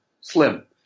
Slim